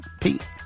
Pete